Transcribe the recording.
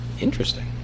Interesting